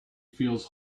feels